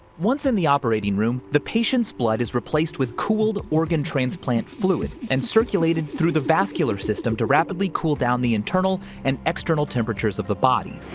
once in the operating room, the patient's blood is replaced with cooled organ transplant fluid and circulated through the vascular system to rapidly cool down the internal and external temperatures of the body.